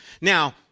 Now